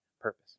purpose